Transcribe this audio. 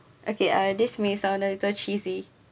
okay uh this may sound a little cheesy